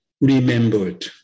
remembered